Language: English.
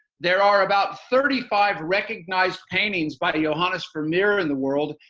there are about thirty five recognized paintings by johannes vermeer in the world,